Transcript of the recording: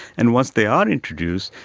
and once they are introduced,